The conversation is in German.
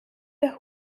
der